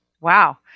wow